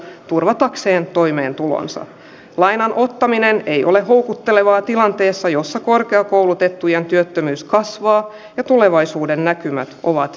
turvatakseen toimeentulonsa lainan ottaminen ei ole houkutteleva tilanteessa jossa korkeakoulutettuja työttömyys kasvaa ja tulevaisuudennäkymät ovat